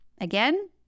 Again